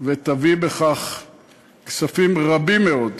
והיא תביא בכך כספים רבים מאוד,